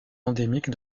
endémique